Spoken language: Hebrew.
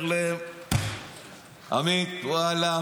אומר להם עמית: ואללה,